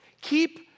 Keep